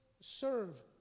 serve